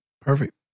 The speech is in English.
Perfect